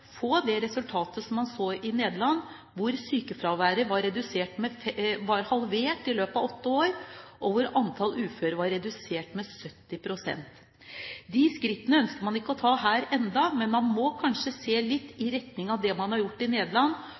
få det resultatet man fikk i Nederland, hvor sykefraværet var halvert i løpet av åtte år, og hvor antallet uføre var redusert med 70 pst. Disse skrittene ønsker man ikke å ta her ennå, men man må kanskje se litt i retning av det man har gjort i Nederland,